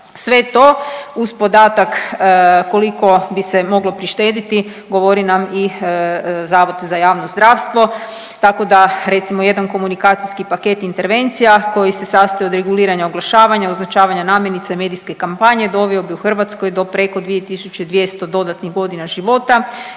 Sve to uz podatak koliko bi se moglo prištediti govori nam i Zavod za javno zdravstvo tako da recimo jedan komunikacijski paket intervencija koji se sastoji od reguliranja oglašavanja, označavanja namirnica i medijske kampanje doveo bi u Hrvatskoj do preko 2.200 dodatnih godina života